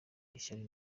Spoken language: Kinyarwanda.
ishyari